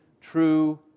True